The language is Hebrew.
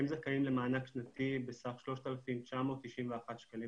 הם זכאים למענק שנתי בסך 3,991 שקלים